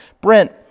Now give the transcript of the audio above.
Brent